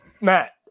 Matt